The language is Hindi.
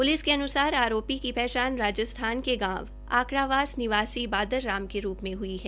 प्लिस के अन्सार आरोपी की पहचान राजस्थान के गांव आकडावास निवासी बादर राम में ह्ई है